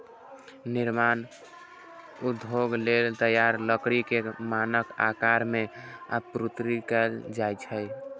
निर्माण उद्योग लेल तैयार लकड़ी कें मानक आकार मे आपूर्ति कैल जाइ छै